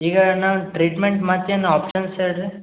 ಈಗ ನಾನು ಟ್ರೀಟ್ಮೆಂಟ್ ಮಾಡ್ತಿನೋ ಆಪ್ಶನ್ಸ್ ಹೇಳ್ರಿ